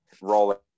rolling